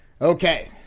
Okay